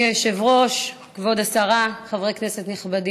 אדוני היושב-ראש, כבוד השרה, חברי כנסת נכבדים,